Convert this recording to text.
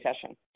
session